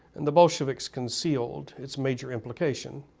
and the bolsheviks concealed its major implication,